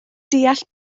deall